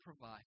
provide